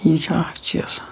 یہِ چھُ اَکھ چیٖز